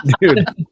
Dude